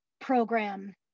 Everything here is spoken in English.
program